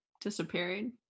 Disappearing